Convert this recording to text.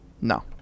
No